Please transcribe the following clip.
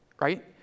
right